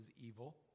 evil